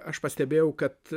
aš pastebėjau kad